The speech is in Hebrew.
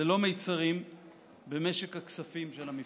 ללא מיצרים במשק הכספים של המפלגה.